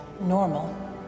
normal